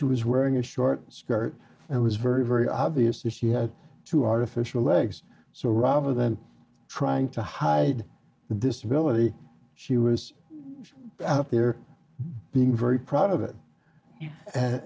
she was wearing a short skirt and it was very very obvious that she had to artificial legs so rather than trying to hide the disability she was out there being very proud of it and